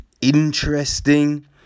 interesting